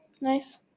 nice